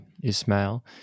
Ismail